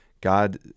God